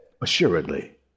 Assuredly